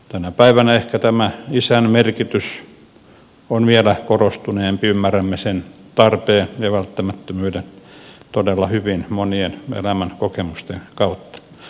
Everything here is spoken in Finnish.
tänä päivänä ehkä tämä isän merkitys on vielä korostuneempi ymmärrämme sen tarpeen ja välttämättömyyden todella hyvin monien elämänkokemusten kautta